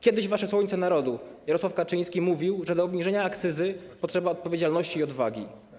Kiedyś wasze słońce narodu, Jarosław Kaczyński, mówił, że do obniżenia akcyzy potrzeba odpowiedzialności i odwagi.